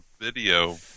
video